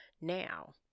Now